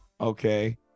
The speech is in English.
okay